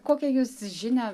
kokią jūs žinią